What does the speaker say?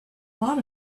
thought